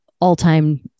all-time